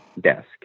desk